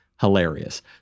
hilarious